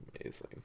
Amazing